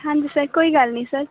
ਹਾਂਜੀ ਸਰ ਕੋਈ ਗੱਲ ਨਹੀਂ ਸਰ